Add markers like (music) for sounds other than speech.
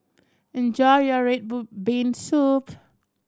enjoy your red (unintelligible) bean soup